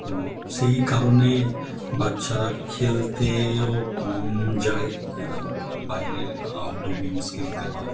তো সেই কারণে বাচ্চারা খেলতেও কম যায় বাইরের আ আউটডোর গেমস খেলতে বা